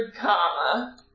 comma